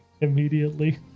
immediately